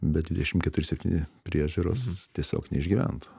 be dvidešimt keturi septyni priežiūros tiesiog neišgyventų